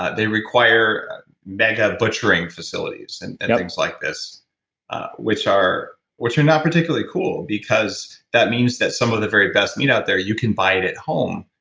they require mega-butchering facilities and and things like this which are which are not particularly cool because that means that some of the very best meat out there you can buy it at home,